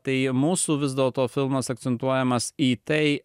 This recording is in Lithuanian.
tai mūsų vis dėlto filmas akcentuojamas į tai